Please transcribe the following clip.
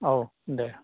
औ दे